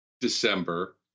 December